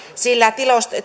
sillä